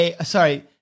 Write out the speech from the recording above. Sorry